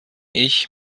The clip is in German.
ich